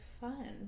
fun